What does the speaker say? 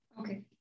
Okay